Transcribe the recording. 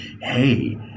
hey